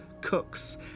cooks